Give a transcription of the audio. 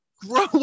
grow